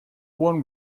one